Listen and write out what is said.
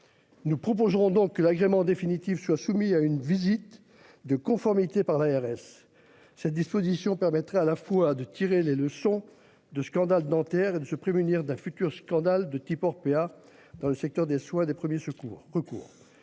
Nous proposerons donc l'agrément définitif soit soumis à une visite de conformité par l'ARS. Cette disposition permettrait à la fois de tirer les leçons de scandales dentaire et de se prémunir d'un futur scandale de type Orpea dans le secteur des soins des premiers secours